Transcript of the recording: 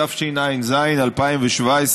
התשע"ז 2017,